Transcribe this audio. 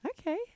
Okay